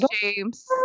James